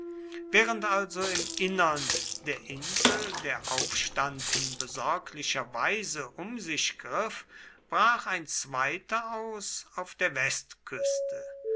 während also im innern der insel der aufstand in besorglicher weise um sich griff brach ein zweiter aus auf der westküste